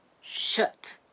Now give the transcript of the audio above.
Shut